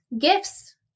Gifts